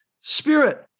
spirit